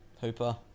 Hooper